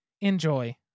enjoy